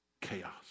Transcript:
Chaos